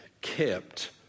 kept